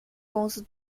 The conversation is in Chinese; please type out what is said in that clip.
公司